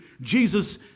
Jesus